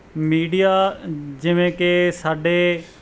media ਜਿਵੇਂ ਕਿ ਸਾਡੇ